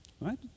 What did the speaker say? right